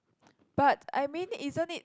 but I mean isn't it